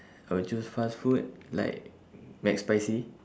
I will choose fast food like mcspicy